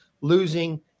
losing